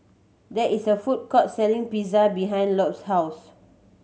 there is a food court selling Pizza behind Lott's house